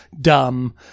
dumb